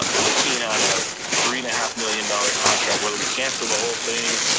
ah looking at a three and a half million dollar contract, whether we cancel the whole thing,